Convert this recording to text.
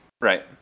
Right